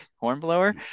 hornblower